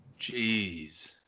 Jeez